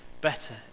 better